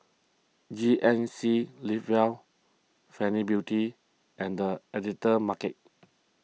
G N C Live Well Fenty Beauty and the Editor's Market